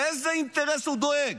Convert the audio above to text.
לאיזה אינטרס הוא דואג?